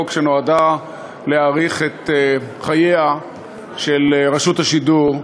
שנועדה להאריך את חייה של רשות השידור,